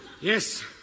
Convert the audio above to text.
Yes